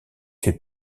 fait